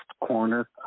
corner